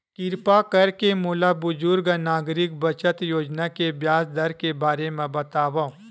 किरपा करके मोला बुजुर्ग नागरिक बचत योजना के ब्याज दर के बारे मा बतावव